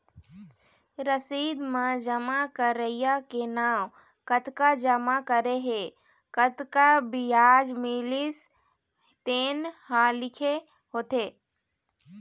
रसीद म जमा करइया के नांव, कतका जमा करे हे, कतका बियाज मिलही तेन ह लिखे होथे